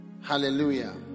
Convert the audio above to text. Hallelujah